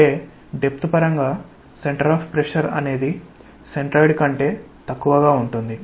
అంటే డెప్త్ పరంగా centre of pressure అనేది సెంట్రాయిడ్ కంటే తక్కువగా ఉంటుంది